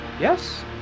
Yes